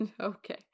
Okay